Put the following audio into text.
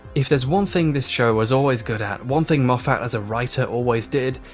if there's one thing this show was always good at, one thing moffat as a writer always did,